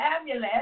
amulet